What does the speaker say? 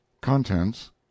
Contents